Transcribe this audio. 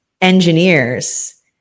engineers